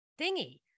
thingy